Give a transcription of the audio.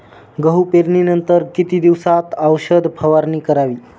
गहू पेरणीनंतर किती दिवसात औषध फवारणी करावी?